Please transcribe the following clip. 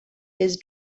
his